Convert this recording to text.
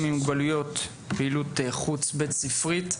עם מוגבלויות פעילות חוץ בית ספרית.